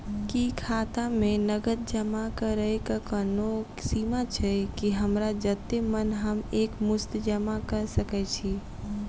की खाता मे नगद जमा करऽ कऽ कोनो सीमा छई, की हमरा जत्ते मन हम एक मुस्त जमा कऽ सकय छी?